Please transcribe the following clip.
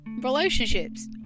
relationships